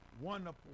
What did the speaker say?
wonderful